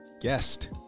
guest